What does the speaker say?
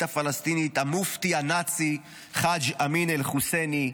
הפלסטינית המופתי הנאצי חאג' אמין אל חוסייני,